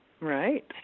Right